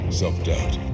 self-doubt